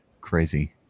Crazy